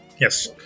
Yes